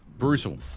brutal